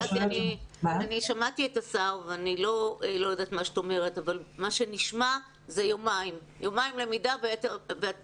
שמעתי את השר ומה שנשמע זה יומיים למידה בבית הספר.